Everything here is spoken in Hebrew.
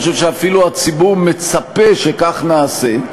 אני חושב שאפילו הציבור מצפה שכך נעשה,